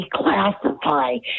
declassify